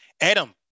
Adam